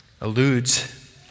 alludes